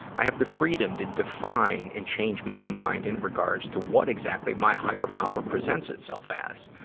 i have the freedom to define and change my mind in regards to what exactly my higher power presents itself as.